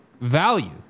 value